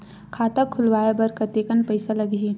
खाता खुलवाय बर कतेकन पईसा लगही?